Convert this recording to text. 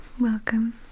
welcome